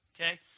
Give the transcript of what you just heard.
Okay